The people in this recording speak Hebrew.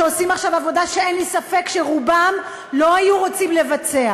שעושים עכשיו עבודה שאין לי ספק שרובם לא היו רוצים לבצע,